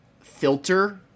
filter